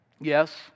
Yes